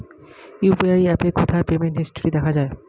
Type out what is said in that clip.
UPI অ্যাপে কোথায় payment history দেখা যায়?